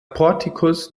portikus